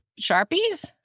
Sharpies